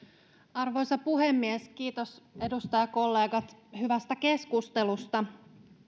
arvoisa puhemies kiitos edustajakollegat hyvästä keskustelusta